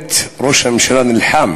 הקודמת ראש הממשלה נלחם